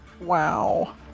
Wow